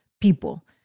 people